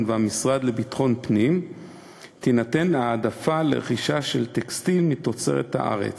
והמשרד לביטחון פנים תינתן העדפה לרכישה של טקסטיל מתוצרת הארץ.